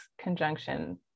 conjunction